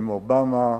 עם אובמה,